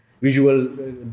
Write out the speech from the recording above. visual